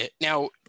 Now